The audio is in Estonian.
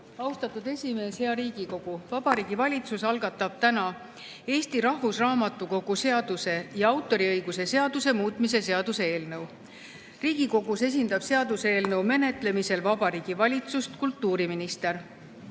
Austatud esimees! Hea Riigikogu! Vabariigi Valitsus algatab täna Eesti Rahvusraamatukogu seaduse ja autoriõiguse seaduse muutmise seaduse eelnõu. Riigikogus esindab seaduseelnõu menetlemisel Vabariigi Valitsust kultuuriminister.